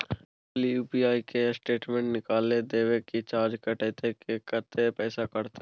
खाली यु.पी.आई के स्टेटमेंट निकाइल देबे की चार्ज कैट के, कत्ते पैसा कटते?